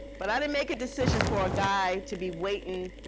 but i didn't make decision for a guy to be waiting,